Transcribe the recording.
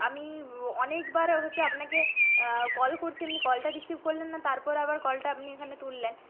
আমি অনেকবার হচ্ছে আপনাকে কল করছি আপনি কলটা রিসিভ করলেন না তারপর আবার কলটা আপনি এখানে তুললেন